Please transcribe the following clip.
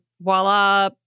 voila